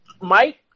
Mike